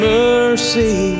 mercy